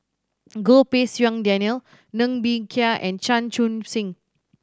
Goh Pei Siong Daniel Ng Bee Kia and Chan Chun Sing